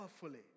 powerfully